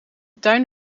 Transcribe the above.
tuin